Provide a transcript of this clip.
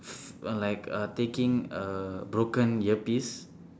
uh like uh taking a broken earpiece